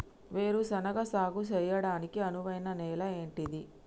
వేరు శనగ సాగు చేయడానికి అనువైన నేల ఏంటిది?